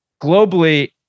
globally